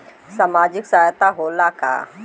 सामाजिक सहायता होला का?